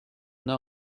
know